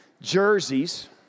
jerseys